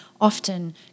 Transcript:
often